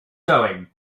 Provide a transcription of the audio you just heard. going